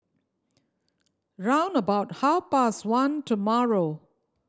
round about half past one tomorrow